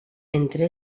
entre